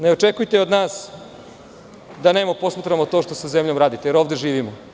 Ne očekujte od nas da nemo posmatramo to što sa zemljom radite, jer ovde živimo.